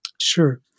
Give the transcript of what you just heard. Sure